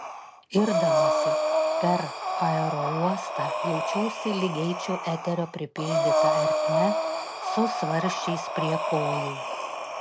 irdamasi per aerouostą jaučiausi lyg eičiau eterio pripildyta ertme su svarsčiais prie kojų